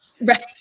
Right